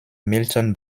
milton